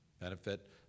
Benefit